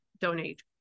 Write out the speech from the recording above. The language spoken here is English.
donate